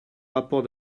rapport